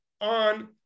on